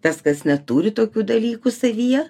tas kas neturi tokių dalykų savyje